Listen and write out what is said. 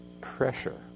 pressure